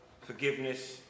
forgiveness